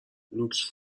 لوکس